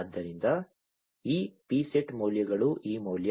ಆದ್ದರಿಂದ ಈ pset ಮೌಲ್ಯಗಳು ಈ ಮೌಲ್ಯ